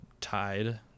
tied